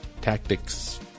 tactics